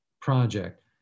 project